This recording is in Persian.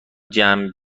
جمع